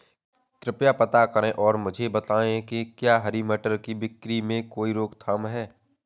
कृपया पता करें और मुझे बताएं कि क्या हरी मटर की बिक्री में कोई रोकथाम है?